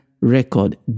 record